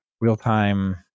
real-time